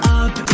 up